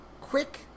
quick